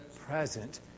present